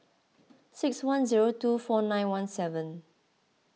six one zero two four nine one seven